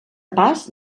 pas